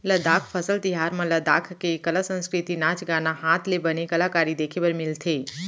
लद्दाख फसल तिहार म लद्दाख के कला, संस्कृति, नाच गाना, हात ले बनाए कलाकारी देखे बर मिलथे